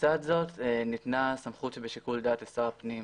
ולצד זה ניתנה סמכות שבשיקול דעת לשר הפנים,